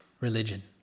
Religion